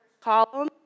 column